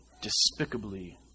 Despicably